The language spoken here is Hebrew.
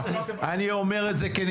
אני אומר את זה כאיש מקצוע,